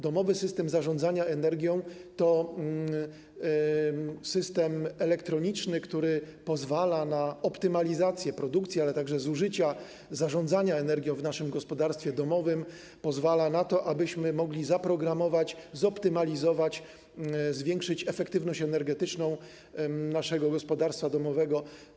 Domowy system zarządzania energią to system elektroniczny, który pozwala na optymalizację produkcji, ale także zużycia, zarządzania energią w naszym gospodarstwie domowym, pozwala na to, abyśmy mogli zaprogramować, zoptymalizować, zwiększyć efektywność energetyczną naszego gospodarstwa domowego.